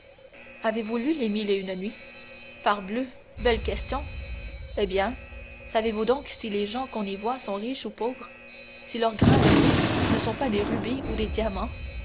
avez-vous lu les mille et une nuits parbleu belle question eh bien savez-vous donc si les gens qu'on y voit sont riches ou pauvres si leurs grains de blé ne sont pas des rubis ou des diamants